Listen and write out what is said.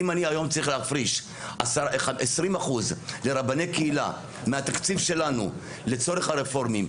אם אני היום צריך להפריש 20% לרבני קהילה מהתקציב שלנו לצורך הרפורמים,